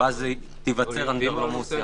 ואז תיווצר אנדרלמוסיה.